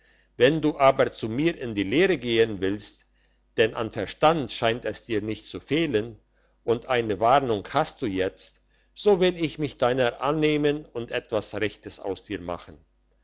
wenn du aber zu mir in die lehre gehen willst denn an verstand scheint es dir nicht zu fehlen und eine warnung hast du jetzt und so will ich mich deiner annehmen und etwas rechtes aus dir machen